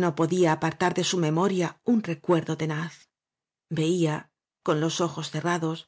no podía apartar de su memoria un reuerdo tenaz veía con los ojos cerrados